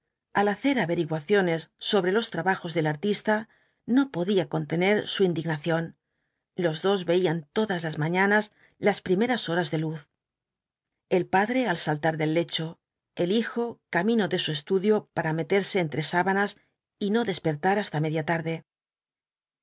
al hacer averiguaciones sobre los trabajos del artista no podía contener su indignación los dos veían todas las mañanas las primeras horas de luz el padre al saltar del lecho el hijo camino de su estudio para meterse entre sábanas y no despertar hasta media tarde